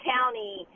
County